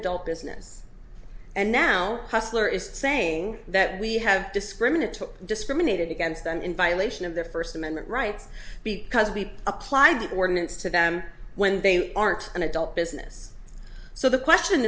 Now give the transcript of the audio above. adult business and now hustler is saying that we have discriminatory discriminated against and in violation of their first amendment rights because we apply the ordinance to them when they aren't an adult business so the question